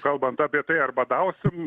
kalbant apie tai ar badausim